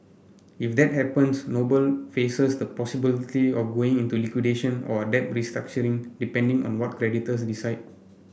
if that happens Noble faces the possibility of going into liquidation or a debt restructuring depending on what creditors decide